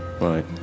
Right